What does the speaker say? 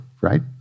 right